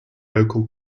local